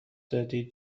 دادی